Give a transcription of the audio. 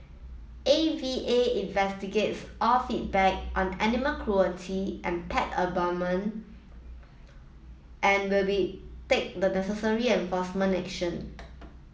A V A investigates all feedback on animal cruelty and pet abandonment and will be take the necessary enforcement action